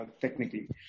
technically